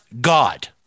God